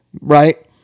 right